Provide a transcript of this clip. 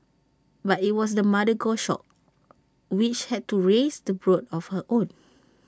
but IT was the mother goshawk which had to raise the brood on her own